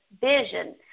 vision